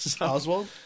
Oswald